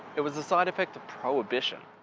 it was a side effect of prohibition.